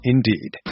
Indeed